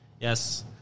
yes